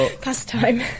pastime